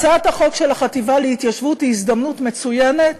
הצעת החוק של החטיבה להתיישבות היא הזדמנות מצוינת